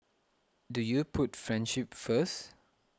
do you put friendship first